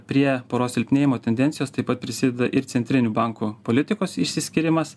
prie poros silpnėjimo tendencijos taip pat prisideda ir centrinių bankų politikos išsiskyrimas